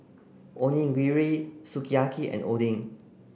Onigiri Sukiyaki and Oden